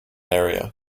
area